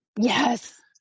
Yes